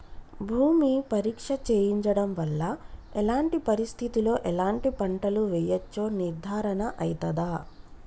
భూమి పరీక్ష చేయించడం వల్ల ఎలాంటి పరిస్థితిలో ఎలాంటి పంటలు వేయచ్చో నిర్ధారణ అయితదా?